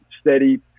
steady